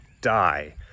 die